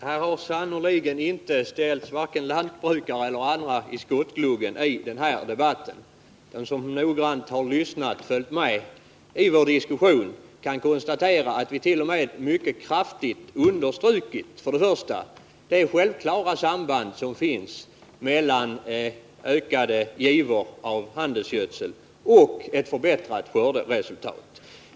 Herr talman! I den här debatten har verkligen varken lantbrukare eller andra ställts i skottgluggen. Den som noggrant har följt diskussionen kan konstatera att vi t.o.m. mycket kraftigt har understrukit det självklara sambandet mellan ökade givor av handelsgödsel och ett förbättrat skörderesultat.